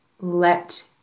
Let